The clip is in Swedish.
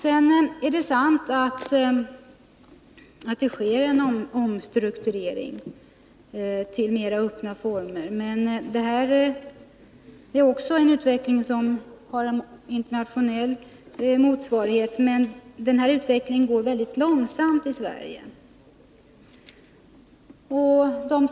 Sedan är det sant att det sker en omstrukturering till mera öppna vårdformer. Denna utveckling, som har internationell motsvarighet, sker väldigt långsamt i Sverige.